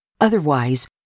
Otherwise